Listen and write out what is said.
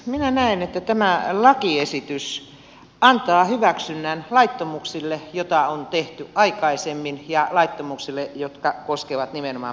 minä näen että tämä lakiesitys antaa hyväksynnän laittomuuksille joita on tehty aikaisemmin ja laittomuuksille jotka koskevat nimenomaan pk yrityksiä